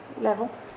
level